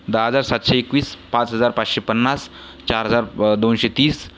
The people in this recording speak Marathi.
दहा हजार सातशे एकवीस पाच हजार पाचशे पन्नास चार हजार दोनशे तीस